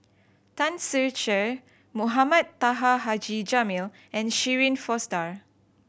Tan Ser Cher Mohamed Taha Haji Jamil and Shirin Fozdar